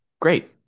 great